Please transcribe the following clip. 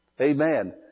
Amen